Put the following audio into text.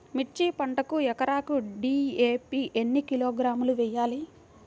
మిర్చి పంటకు ఎకరాకు డీ.ఏ.పీ ఎన్ని కిలోగ్రాములు వేయాలి?